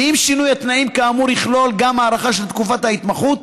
ואם שינוי התנאים כאמור יכלול גם הארכה של תקופת ההתמחות,